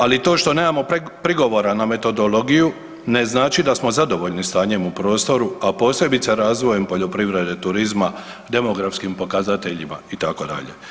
Ali to što nemamo prigovora na metodologiju ne znači da smo zadovoljni stanjem u prostoru, a posebice razvojem poljoprivrede, turizma, demografskim pokazateljima, itd.